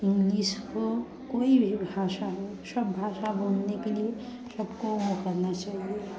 English हो कोई भी भाषा हो सब भाषा बोलने के लिए सबको वो करना चाहिए